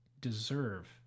deserve